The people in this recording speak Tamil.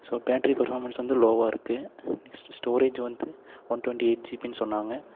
ஸோ பேட்ரி பர்ஃபாமன்ஸ் வந்து லோவாக இருக்குது நெக்ஸ்ட் ஸ்டோரேஜ் வந்து ஒன் டுவெண்டி எய்ட் ஜிபினு சொன்னாங்க